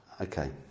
okay